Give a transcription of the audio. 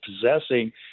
possessing